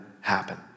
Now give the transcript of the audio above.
happen